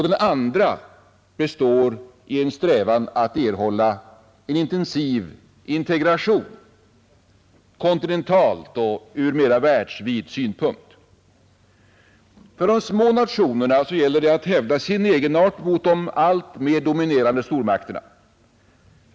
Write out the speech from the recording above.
Den andra består i en strävan att erhålla en intensiv integration, kontinentalt och från mera världsvid syn. För de små nationerna gäller det att hävda sin egenart mot de alltmer dominerande stormakterna.